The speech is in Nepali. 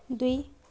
दुई